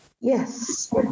Yes